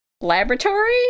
laboratory